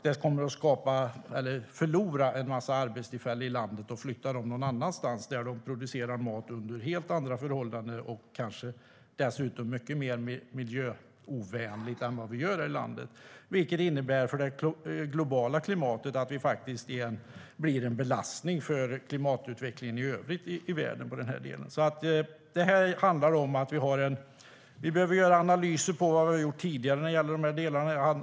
Det gör att vi kommer att förlora en massa arbetstillfällen i landet som flyttar någon annanstans där man producerar mat under helt andra förhållanden och dessutom kanske mycket mer miljöovänligt än vad vi gör här i landet, vilket innebär att det blir en belastning för klimatutvecklingen i övriga världen. Vi behöver analysera vad vi har gjort tidigare i de här delarna.